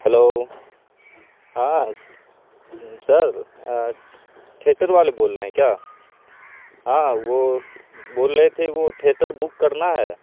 hello ہاں sir theatre والے بول رہے ہیں کیا ہاں وہ بول رہے تھے وہ تھیٹر بک کرنا ہے